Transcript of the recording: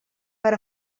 per